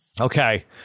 Okay